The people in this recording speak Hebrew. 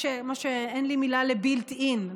אין לי מילה ל-built-in,